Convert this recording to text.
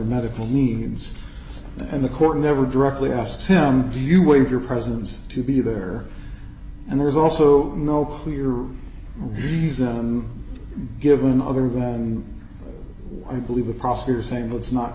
medical needs and the court never directly asked him do you wave your presence to be there and there's also no clear reason given other than and i believe the prosecutor saying let's not